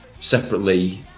separately